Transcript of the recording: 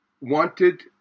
wanted